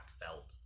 felt